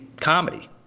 comedy